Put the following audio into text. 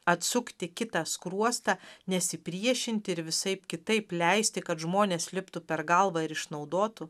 atsukti kitą skruostą nesipriešinti ir visaip kitaip leisti kad žmonės liptų per galvą ir išnaudotų